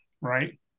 right